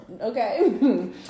Okay